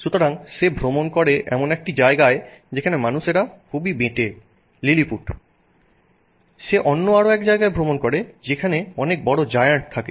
সুতরাং সে ভ্রমণ করে এমন একটি জায়গায় যেখানে মানুষেরা খুব বেটে লিলিপুটগুলি সে অন্য আরও এক জায়গায় ভ্রমণ করে যেখানে অনেক জায়ান্ট থাকে